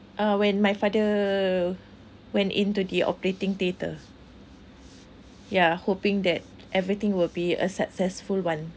uh when my father went into the operating theatre yeah hoping that everything will be a successful [one]